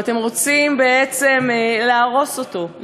ואתם רוצים בעצם להרוס אותו,